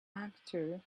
actor